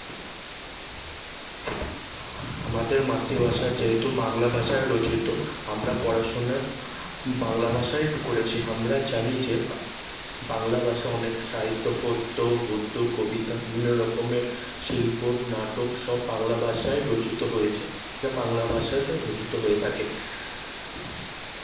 আমাদের মাতৃভাষা যেহেতু বাংলা ভাষায় রচিত আমরা পড়াশোনা বাংলা ভাষায় একটু করেছি আমরা জানি যে বাংলা ভাষা অনেক সাহিত্য পদ্য গদ্য কবিতা বিভিন্ন রকমের শিল্প নাটক সব বাংলা ভাষায় রচিত হয়েছে যা বাংলা ভাষাতে রচিত হয়ে থাকে